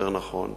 יותר נכון,